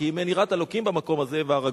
כי "אם אין יראת ה' במקום הזה והרגוני".